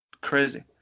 crazy